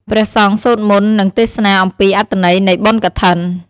ព្រះសង្ឃសូត្រមន្ត និងទេសនាអំពីអត្ថន័យនៃបុណ្យកឋិន។